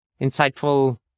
insightful